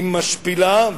היא משפילה,